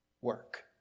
work